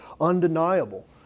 undeniable